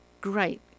great